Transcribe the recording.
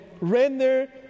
Render